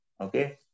okay